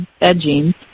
edging